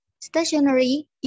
stationery